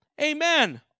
Amen